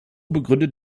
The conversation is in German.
begründet